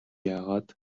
яагаад